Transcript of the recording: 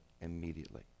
immediately